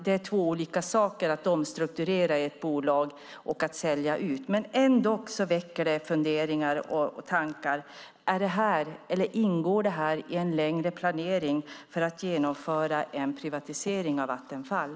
Det är två olika saker att omstrukturera ett bolag och att sälja ut, men detta väcker ändå funderingar och tankar. Ingår detta i en längre planering för att genomföra en privatisering av Vattenfall?